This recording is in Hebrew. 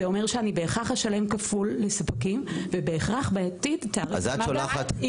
זה אומר שאני בהכרח אשלם כפול לספקים ובהכרח תעריף מד"א יגדל.